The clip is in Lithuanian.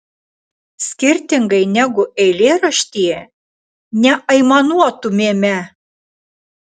skirtingai negu eilėraštyje neaimanuotumėme